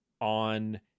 on